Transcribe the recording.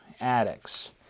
addicts